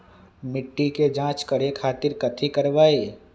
मिट्टी के जाँच करे खातिर कैथी करवाई?